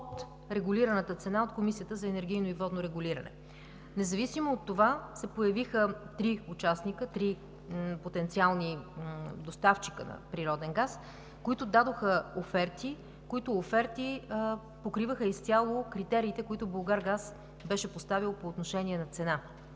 под регулираната цена от Комисията за енергийно и водно регулиране. Независимо от това се появиха три участника, три потенциални доставчика на природен газ, които дадоха оферти, покриващи изцяло критериите, които „Булгаргаз“ беше поставил по отношение на цена.